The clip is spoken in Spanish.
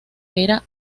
era